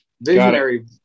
Visionary